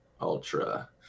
ultra